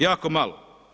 Jako malo.